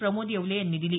प्रमोद येवले यांनी दिली